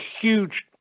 huge